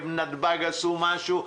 בנתב"ג עשו משהו,